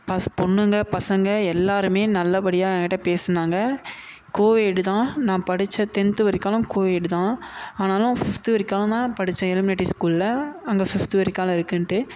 bus பொண்ணுங்க பசங்க எல்லோருமே நல்லபடியாக என் கிட்டே பேசினாங்க கோஎட்டு தான் நான் படித்த தென்த்து வரைக்காலும் கோஎட்டு தான் ஆனாலும் ஃபிஃப்த்து வரைக்காலும் தான் படித்தேன் எலிமினேட்டி ஸ்கூலில் அங்கே ஃபிஃப்த்து வரைக்காலும் இருக்குதுன்ட்டு